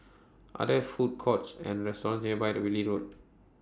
Are There Food Courts and restaurants nearby The Whitley Road